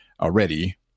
already